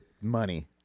Money